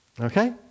okay